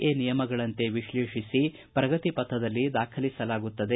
A ನಿಯಮಗಳಂತೆ ವಿಶ್ಲೇಷಿಸಿ ಪ್ರಗತಿ ಪಥದಲ್ಲಿ ದಾಖಲಿಸಲಾಗುತ್ತದೆ